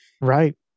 right